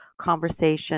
conversation